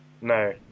No